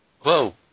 Whoa